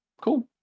cool